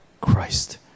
Christ